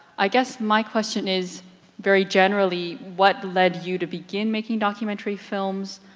i guess my question is very generally, what led you to begin making documentary films,